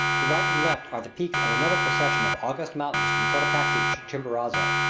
to right and left are the peaks of another procession of august mountains from cotocachi to chimborazo.